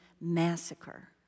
massacre